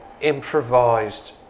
improvised